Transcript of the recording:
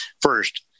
first